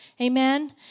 Amen